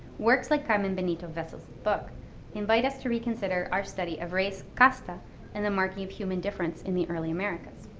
works like carmen benito-vessels' book invite us to reconsider our study of race casta and the marking of human difference in the early americas.